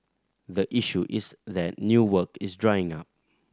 the issue is that new work is drying up